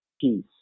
peace